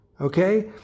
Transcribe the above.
Okay